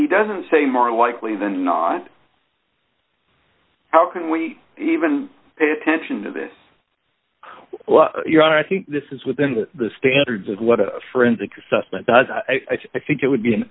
he doesn't say more likely than not how can we even pay attention to that your honor i think this is within the standards of what a forensic assessment does i think it would be